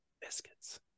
biscuits